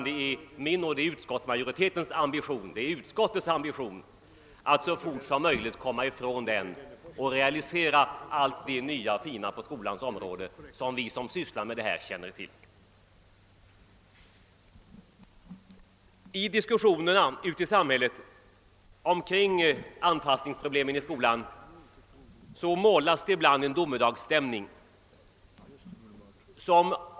Det är utskottets ambition att vi så fort som möjligt skall komma ifrån den och realisera allt det nya och fina på skolans område som vi som sysslar med detta känner till. I diskussionerna ute i samhället omkring anpassningsproblemen i skolan målas det ibland upp en domedagsstämning.